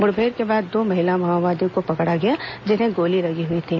मुठभेड़ के बाद दो महिला माओवादियों को पकड़ा गया जिन्हें गोली लगी हुई थी